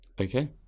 okay